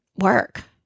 work